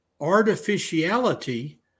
artificiality